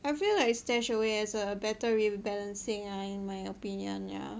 I feel like StashAway is a better way of balancing ya in my opinion yeah